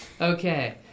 Okay